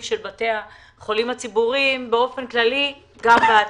של בתי החולים הציבוריים באופן כללי גם בעתיד.